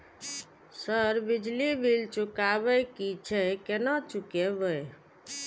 Sir बिजली bill चुकाबे की छे केना चुकेबे?